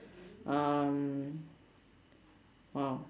um !wow!